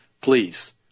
please